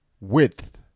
Width